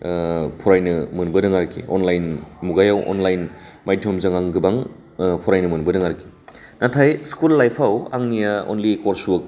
फरायनो मोनबोदों आरोखि अनलाइन मुगायाव अनलाइन मायध'मजों आं गोबां फरायनो मोनबोदों आरोखि नाथाय स्कुल लाइफआव आंनिया अनलि कर्सबुक